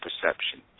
perception